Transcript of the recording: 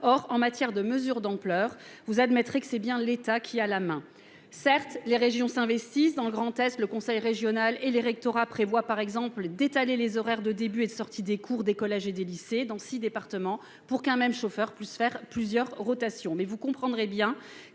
Or, en matière de mesures d'ampleur, vous admettrez que c'est bien l'État qui a la main. Certes, les régions s'investissent. Dans le Grand Est, le conseil régional et les rectorats prévoient par exemple d'étaler les horaires de début et de sortie des cours des collèges et des lycées dans six départements, pour qu'un même chauffeur puisse réaliser plusieurs rotations. Mais vous comprendrez bien